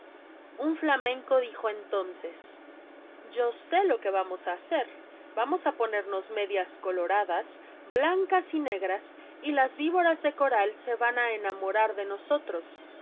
un flamenco dijo entonces yo sé lo que vamos a hacer vamos a ponernos medias coloradas blancas y negras y las víboras de coral se van a enamorar de nosotros